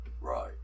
Right